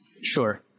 Sure